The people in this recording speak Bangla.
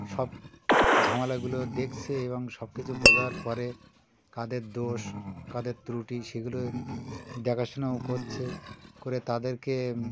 সব ঝামেলাগুলো দেখছে এবং সব কিছু বোঝার পরে কাদের দোষ কাদের ত্রুটি সেগুলো দেখাশোনাও করছে করে তাদেরকে